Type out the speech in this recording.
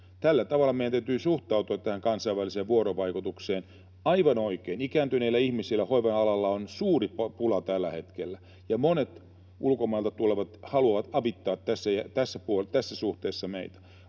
Tällä tavalla meidän täytyy suhtautua tähän kansainväliseen vuorovaikutukseen. Aivan oikein: ikääntyneiden ihmisten parissa, hoivan alalla, on suuri pula tällä hetkellä, ja monet ulkomailta tulevat haluavat avittaa tässä suhteessa